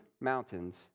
mountains